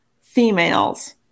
females